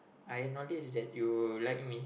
I notice that you like me